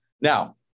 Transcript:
Now